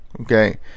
Okay